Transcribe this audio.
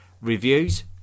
reviews